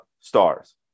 stars